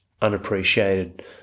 unappreciated